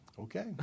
Okay